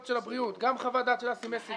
של הבריאות גם חוות דעת של אסי מסינג,